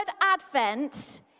Advent